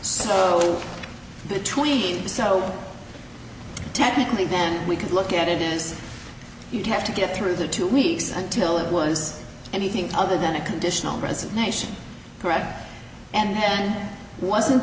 so between so technically then we could look at it is you have to get through the two weeks until it was anything other than a conditional resignation correct and wasn't